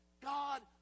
god